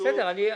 הבנתי.